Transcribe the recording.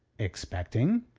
expecting?